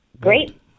Great